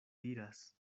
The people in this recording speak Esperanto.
diras